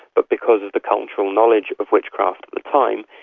but because of the cultural knowledge of witchcraft at the time,